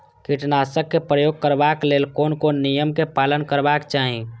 कीटनाशक क प्रयोग करबाक लेल कोन कोन नियम के पालन करबाक चाही?